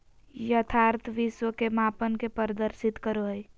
यथार्थ विश्व के मापन के प्रदर्शित करो हइ